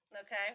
Okay